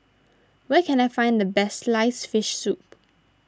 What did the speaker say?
where can I find the Best Sliced Fish Soup